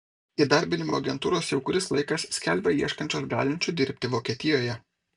įdarbinimo agentūros jau kuris laikas skelbia ieškančios galinčių dirbti vokietijoje